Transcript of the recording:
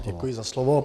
Děkuji za slovo.